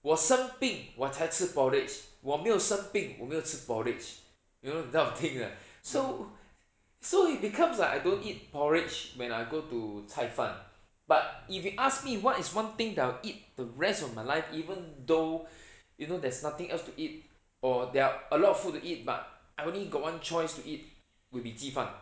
生病我才吃 porridge 我没有生病我没有吃 porridge you know that type of thing ah so so it becomes like I don't eat porridge when I go to 菜饭 but if you asked me what is one thing that I will eat rest of my life even though you know there's nothing else to eat or there are a lot of food to eat but I only got one choice to eat will be 鸡饭